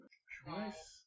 nice